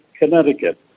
Connecticut